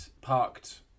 parked